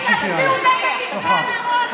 תצביעו נגד נפגעי עבירות.